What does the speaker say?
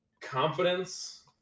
confidence